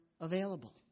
available